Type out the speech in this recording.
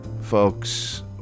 Folks